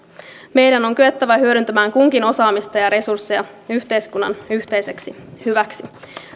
meidän on kyettävä hyödyntämään kunkin osaamista ja resursseja yhteiskunnan yhteiseksi hyväksi